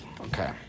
Okay